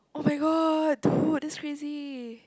oh-my-god dude that's crazy